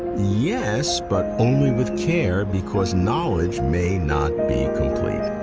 yes, but only with care, because knowledge may not be complete.